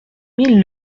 mille